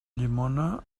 llimona